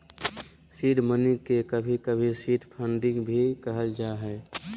seed money के कभी कभी सीड फंडिंग भी कहल जा हय